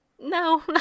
No